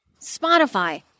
Spotify